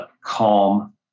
calm